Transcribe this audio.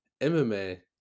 MMA